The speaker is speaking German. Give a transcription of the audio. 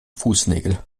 fußnägel